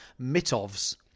mitovs